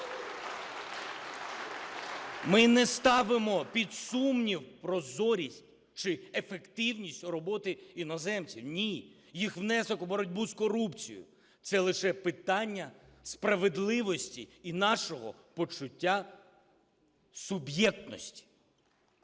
Ми не ставимо під сумнів прозорість чи ефективність роботи іноземців, ні, їх внесок у боротьбу з корупцією - це лише питання справедливості і нашого почуття суб’єктності.